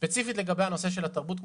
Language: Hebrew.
נושא התרבות,